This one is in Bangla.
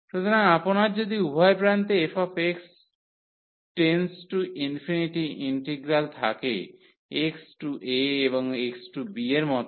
সুতরাং আপনার যদি উভয় প্রান্তে f→∞ ইন্টিগ্রাল থাকে x→a এবং x→b এর মতো